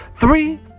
Three